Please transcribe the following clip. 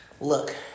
Look